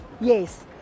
Yes